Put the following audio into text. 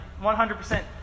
100%